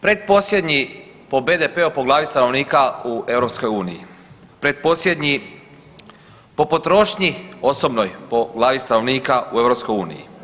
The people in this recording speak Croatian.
Pretposljednji po BDP-u po glavi stanovnika u EU, pretposljednji po potrošnji osobnoj po glavi stanovnika u EU.